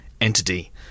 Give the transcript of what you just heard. entity